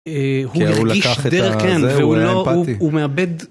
הוא הרגיש דרך, כן, והוא לא, הוא מאבד.